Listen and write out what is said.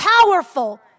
powerful